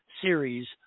series